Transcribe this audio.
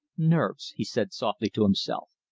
nerves, he said softly to himself.